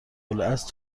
الاصل